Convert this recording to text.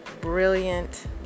brilliant